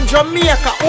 Jamaica